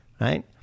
Right